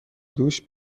دوش